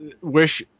wish